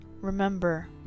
remember